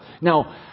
Now